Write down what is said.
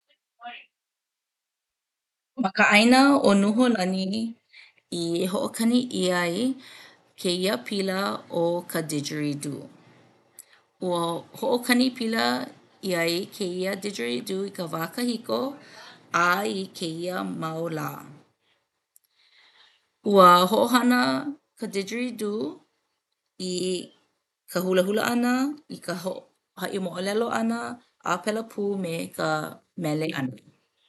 Ma ka ʻāina ʻo Nuhōlani i hoʻokani ʻia ai kēia pila ʻo ka didgeridoo. Ua hoʻokani pila ʻia ai kēia didgeridoo i ka wā kahiko a i kēia mau lā. Ua hoʻohana ka didgeridoo i ka hulahula ʻana i ka ho haʻi moʻolelo ʻana a pēlā pū me ka mele ʻana.